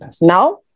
Now